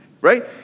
right